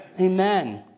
Amen